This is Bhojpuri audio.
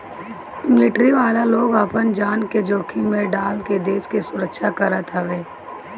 मिलिट्री वाला लोग आपन जान के जोखिम में डाल के देस के रक्षा करत हवे